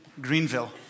Greenville